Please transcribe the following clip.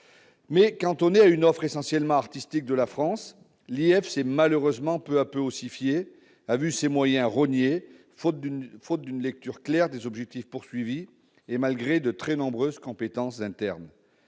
Cantonné à une offre essentiellement artistique de la France, l'Institut français s'est malheureusement peu à peu ossifié, a vu ses moyens rognés, faute d'une lecture claire des objectifs à atteindre et malgré de très nombreuses compétences internes.